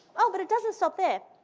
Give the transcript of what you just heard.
oh, but it doesn't stop there.